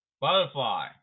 butterfly